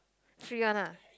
free one ah